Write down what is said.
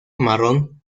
marrón